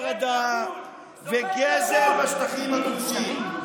הפרדה וגזל בשטחים הכבושים.